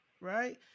right